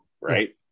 right